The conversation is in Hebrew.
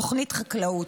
תוכנית לחקלאות,